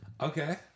Okay